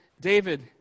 David